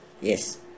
Yes